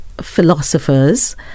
philosophers